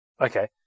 okay